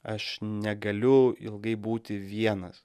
aš negaliu ilgai būti vienas